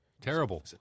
Terrible